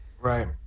Right